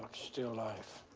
still life.